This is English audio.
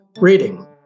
Reading